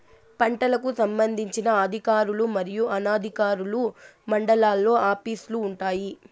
పంటలకు సంబంధించిన అధికారులు మరియు అనధికారులు మండలాల్లో ఆఫీస్ లు వుంటాయి?